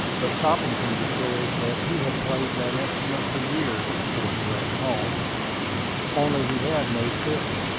but cobbington declared that he had played that instrument for years before he left home only he had no fiddle.